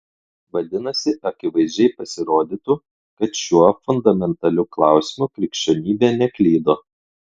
vadinasi akivaizdžiai pasirodytų kad šiuo fundamentaliu klausimu krikščionybė neklydo